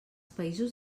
països